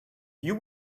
you